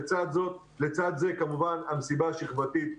לצד זאת, כמובן המסיבה השכבתית.